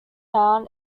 town